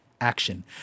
action